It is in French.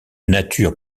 nature